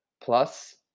plus